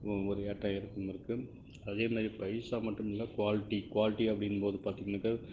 ஒரு ஏற்ற இறக்கம் இருக்குது அதே மாதிரி பைசா மட்டும் இல்லை குவாலிட்டி குவாலிட்டி அப்படிங்கும்போது பார்த்தீங்கன்னாக்கா